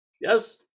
Yes